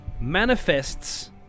manifests